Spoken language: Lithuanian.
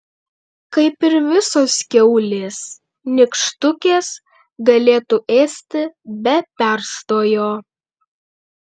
kaip ir visos kiaulės nykštukės galėtų ėsti be perstojo